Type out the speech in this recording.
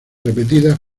repetidas